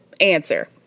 answer